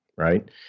Right